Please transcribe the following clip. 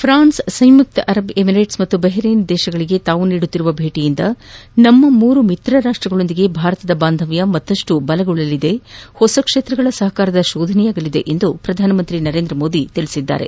France ಸಂಯುಕ್ತ Arab Emirates ಮತ್ತು Bahrain ರಾಷ್ಟಗಳಿಗೆ ತಾವು ನೀಡುತ್ತಿರುವ ಭೇಟಿಯಿಂದ ನಮ್ಮ ಮೂರು ಮಿತ್ರರಾಷ್ಟಗಳೊಂದಿಗೆ ಭಾರತದ ಬಾಂಧವ್ಯ ಮತ್ತಷ್ಟು ಬಲಗೊಳ್ಳಲಿದ್ದು ಹೊಸ ಕ್ವೇತ್ರಗಳ ಸಹಕಾರದ ಶೋಧನೆಯಾಗಲಿದೆ ಎಂದು ಪ್ರಧಾನಮಂತ್ರಿ ನರೇಂದ್ರ ಮೋದಿ ತಿಳಿಸಿದ್ದಾರೆ